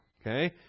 Okay